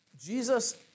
Jesus